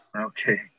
Okay